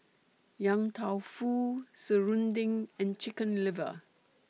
Yang Tao Fu Serunding and Chicken Liver